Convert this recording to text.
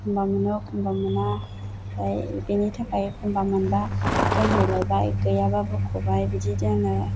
एखमबा मोनो एखमबा मोना ओमफ्राय बेनि थाखाय एखमबा मोनबा दोनहैलायबाय गैयाबा ब'खबाय बिदि दोनो